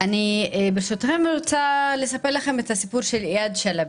אני רוצה לספר לכם את הסיפור של איאד שלעבי,